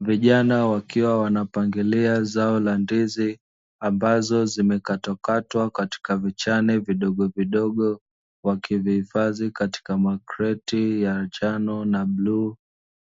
Vijana wakiwa wanapangilia zao la ndizi, ambazo zimekatwakatwa katika vichane vidogovidogo, wakivihifadhi katika makreti ya njano na bluu